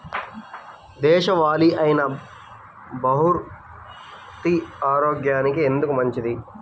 దేశవాలి అయినా బహ్రూతి ఆరోగ్యానికి ఎందుకు మంచిది?